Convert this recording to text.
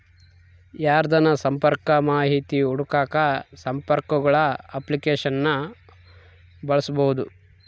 ಯಾರ್ದನ ಸಂಪರ್ಕ ಮಾಹಿತಿ ಹುಡುಕಾಕ ಸಂಪರ್ಕಗುಳ ಅಪ್ಲಿಕೇಶನ್ನ ಬಳಸ್ಬೋದು